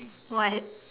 what